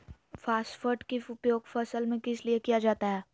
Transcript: Phosphate की उपयोग फसल में किस लिए किया जाता है?